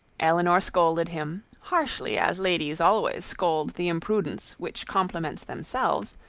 elinor scolded him, harshly as ladies always scold the imprudence which compliments themselves,